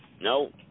No